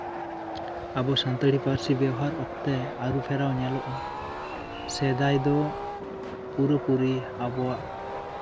ᱟᱵᱚ ᱥᱟᱱᱛᱟᱲᱤ ᱯᱟᱹᱨᱥᱤ ᱵᱮᱣᱦᱟᱨ ᱚᱠᱛᱮ ᱟᱹᱨᱩᱼᱯᱷᱮᱨᱟᱣ ᱧᱮᱞᱚᱜᱼᱟ ᱥᱮᱫᱟᱭ ᱫᱚ ᱯᱩᱨᱟᱹᱼᱯᱩᱨᱤ ᱟᱵᱚᱣᱟᱜ